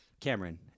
Cameron